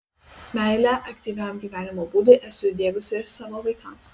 meilę aktyviam gyvenimo būdui esu įdiegusi ir savo vaikams